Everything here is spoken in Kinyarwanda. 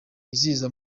yizihiza